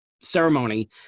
ceremony